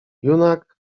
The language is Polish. junak